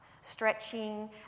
stretching